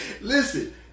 Listen